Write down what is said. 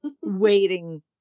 Waiting